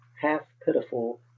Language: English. half-pitiful